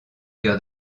cœur